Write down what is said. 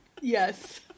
Yes